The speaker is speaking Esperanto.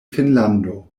finnlando